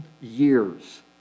years